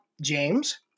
James